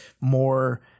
more